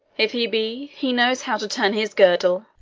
if he be, he knows how to turn his girdle.